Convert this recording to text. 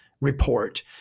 report